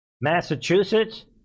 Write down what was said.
Massachusetts